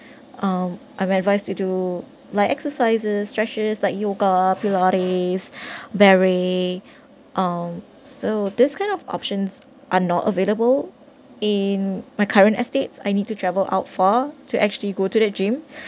um I'm advised to do like exercises stretches like yoga pilates barre um so these kind of options are not available in my current estates I need to travel out far to actually go to that gym